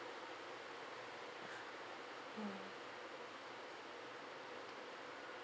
mm